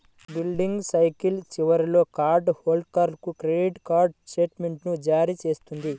billing cycle చివరిలో card హోల్డర్కు credit card స్టేట్మెంట్ను జారీ చేస్తుంది